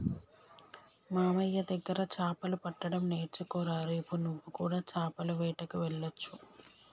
మామయ్య దగ్గర చాపలు పట్టడం నేర్చుకోరా రేపు నువ్వు కూడా చాపల వేటకు వెళ్లొచ్చు